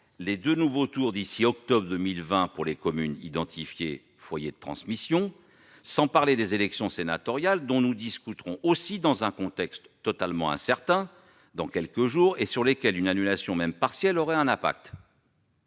deux nouveaux tours d'ici octobre 2020 pour les communes identifiées « foyers de transmission », sans parler des élections sénatoriales dont nous discuterons aussi dans un contexte incertain dans quelques jours et sur lesquelles une annulation même partielle aurait un impact.